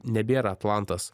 nebėra atlantas